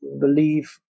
believe